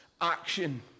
action